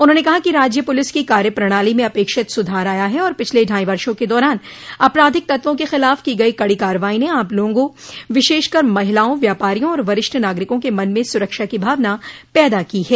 उन्होंने कहा कि राज्य पुलिस की कार्यप्रणाली में अपेक्षित सुधार आया है और पिछले ढाई वर्षो के दौरान आपराधिक तत्वों के खिलाफ की गई कड़ी कार्रवाई ने आम लोगों विशेषकर महिलाओं व्यापारियों और वरिष्ठ नागरिकों के मन में सुरक्षा की भावना पैदा की है